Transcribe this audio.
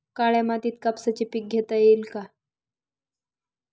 काळ्या मातीत कापसाचे पीक घेता येईल का?